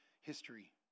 history